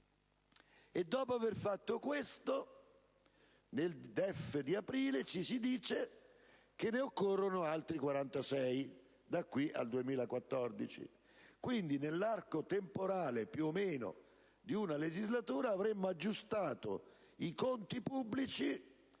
Dopo aver fatto questo, nel DEF di aprile si sostiene che ne occorrono altri 46, da qui al 2014. Quindi, all'incirca nell'arco temporale di una legislatura, avremmo aggiustato i conti pubblici